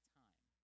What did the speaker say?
time